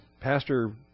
Pastor